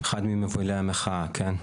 אחד ממובילי המחאה, כן?